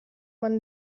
man